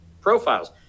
profiles